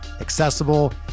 accessible